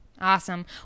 Awesome